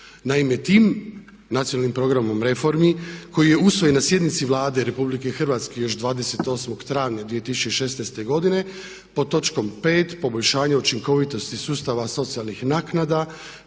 Naime, tim nacionalnim programom reformi koji je usvojen na sjednici Vlade Republike Hrvatske još 28. travnja 2016. godine pod točkom 5. poboljšanje učinkovitosti sustava socijalnih naknada